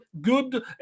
good